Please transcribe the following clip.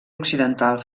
occidental